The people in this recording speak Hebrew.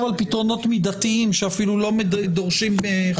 על פתרונות מידתיים שאפילו לא דורשים חקיקה.